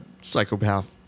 psychopath